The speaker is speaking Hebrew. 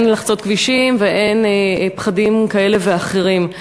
לא חוצים כבישים ואין פחדים כאלה ואחרים.